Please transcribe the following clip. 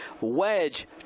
wedge